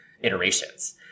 iterations